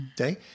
okay